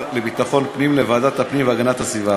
לביטחון פנים לוועדת הפנים והגנת הסביבה.